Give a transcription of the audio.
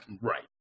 Right